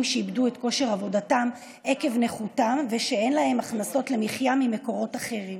שאיבדו את כושר עבודתם עקב נכותם ושאין להם הכנסות למחיה ממקורות אחרים.